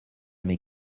mes